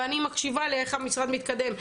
ואני מקשיבה לאיך המשרד מתקדם,